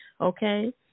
Okay